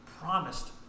promised